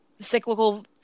cyclical